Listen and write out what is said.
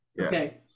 Okay